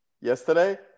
Yesterday